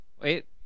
Wait